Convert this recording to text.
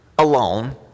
alone